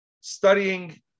studying